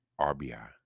RBI